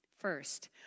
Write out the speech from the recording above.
first